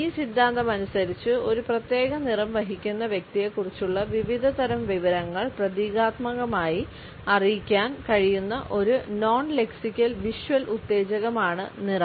ഈ സിദ്ധാന്തമനുസരിച്ച് ഒരു പ്രത്യേക നിറം വഹിക്കുന്ന വ്യക്തിയെക്കുറിച്ചുള്ള വിവിധതരം വിവരങ്ങൾ പ്രതീകാത്മകമായി അറിയിക്കാൻ കഴിയുന്ന ഒരു നോൺ ലെക്സിക്കൽ വിഷ്വൽ ഉത്തേജകമാണ് നിറം